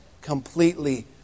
Completely